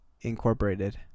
incorporated